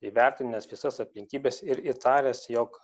įvertinęs visas aplinkybes ir įtaręs jog